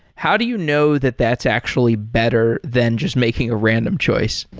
how do you know that that's actually better than just making a random choice?